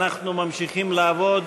אנחנו ממשיכים לעבוד